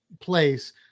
place